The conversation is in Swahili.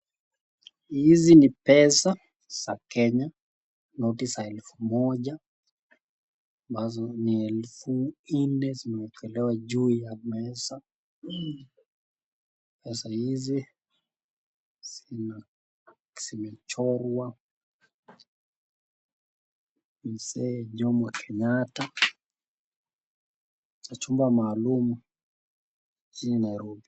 Hizi ni pesa za kenya noti za elfu moja ambazo ni elfu nne zimewekelewa juu ya meza. Sasa hizi zimechorwa mzee jomo Kenyatta na jumba maalum jijini Nairobi.